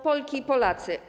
Polki i Polacy!